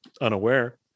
unaware